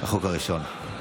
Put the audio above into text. בחוק הראשון.